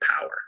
power